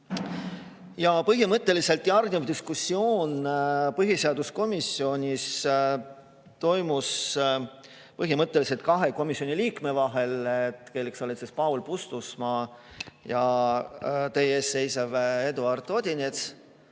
järeldustele. Järgnenud diskussioon põhiseaduskomisjonis toimus põhimõtteliselt kahe komisjoni liikme vahel, kelleks olid Paul Puustusmaa ja teie ees seisev Eduard Odinets.